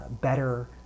better